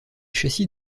châssis